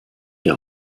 der